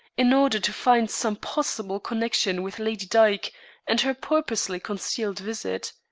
in order to find some possible connection with lady dyke and her purposely concealed visit.